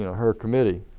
her committee,